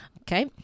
Okay